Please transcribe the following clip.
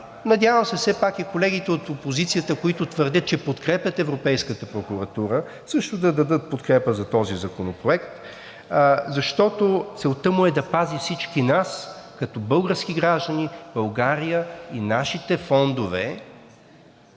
Надявам се все пак и колегите от опозицията, които твърдят, че подкрепят Европейската прокуратура, също да дадат подкрепа за този законопроект, защото целта му е да пази всички нас, като български граждани, България, нашите фондове